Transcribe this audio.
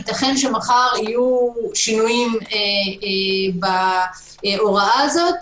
ייתכן שמחר יהיו שינוים בהוראה הזאת,